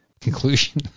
conclusion